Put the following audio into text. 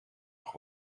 nog